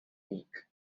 week